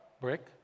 brick